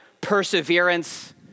perseverance